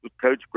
coach